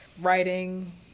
writing